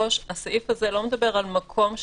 מדבר על מקומות